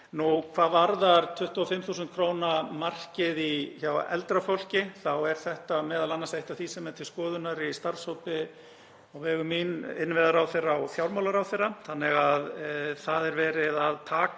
Hvað varðar 25.000 kr. markið hjá eldra fólki þá er það m.a. eitt af því sem er til skoðunar í starfshópi á vegum mín, innviðaráðherra og fjármálaráðherra, þannig að það er verið að taka